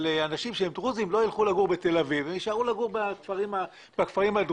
דרוזים לא ילכו לגור בתל-אביב ויישארו לגור בכפרים הדרוזיים.